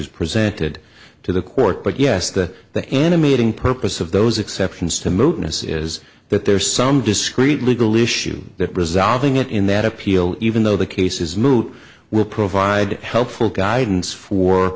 s presented to the court but yes to the enemy eating purpose of those exceptions to movements as that there's some discrete legal issue that resolving it in that appeal even though the case is moot will provide helpful guidance for